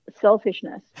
selfishness